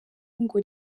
ngo